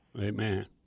Amen